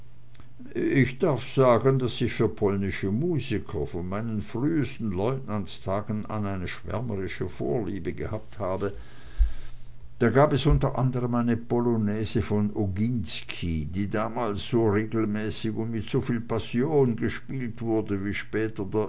ich darf sagen daß ich für polnische musiker von meinen frühesten leutnantstagen an eine schwärmerische vorliebe gehabt habe da gab es unter anderm eine polonäse von oginski die damals so regelmäßig und mit soviel passion gespielt wurde wie später